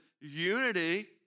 unity